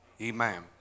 Amen